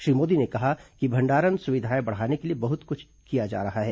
श्री मोदी ने कहा कि भंडारण सुविधाएं बढ़ाने के लिए बहुत कुछ किया जा रहा है